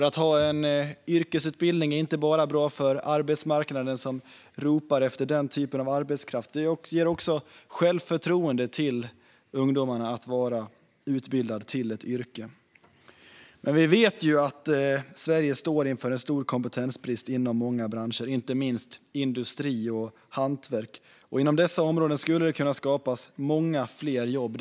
Att ha en yrkesutbildning är inte bara bra för arbetsmarknaden, som ropar efter sådan arbetskraft, utan det ger också ungdomarna självförtroende när de är utbildade till ett yrke. Vi vet att Sverige står inför en stor kompetensbrist inom många branscher, inte minst industri och hantverk. Inom dessa områden skulle det kunna skapas många fler jobb.